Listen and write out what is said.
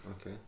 okay